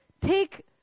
take